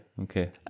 Okay